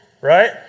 Right